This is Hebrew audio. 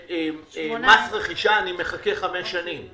ומס רכישה אני מחכה חמש שנים.